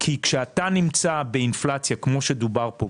כי כשאתה נמצא באינפלציה כמו שדובר פה,